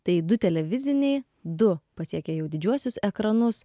tai du televiziniai du pasiekė jau didžiuosius ekranus